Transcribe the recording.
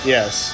Yes